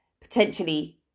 potentially